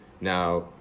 Now